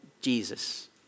Jesus